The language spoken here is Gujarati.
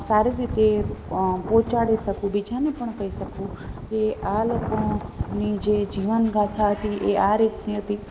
સારી રીતે પહોંચાડી શકું બીજાને પણ કહી શકું કે આ લોકોની જે જીવન ગાથા હતી એ આ રીતની હતી